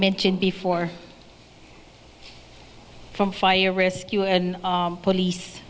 mentioned before from fire rescue and police